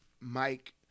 Mike